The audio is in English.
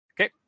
Okay